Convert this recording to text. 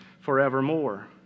forevermore